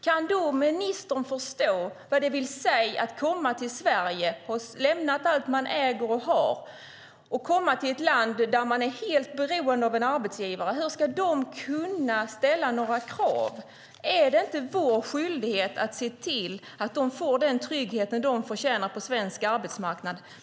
Kan ministern då förstå vad det vill säga att komma till Sverige efter att ha lämnat allt man äger och har, att komma till ett land där man är helt beroende av en arbetsgivare? Hur ska de kunna ställa några krav? Är det inte vår skyldighet att se till att de får den trygghet de förtjänar på svensk arbetsmarknad?